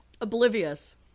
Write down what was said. Oblivious